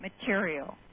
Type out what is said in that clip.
material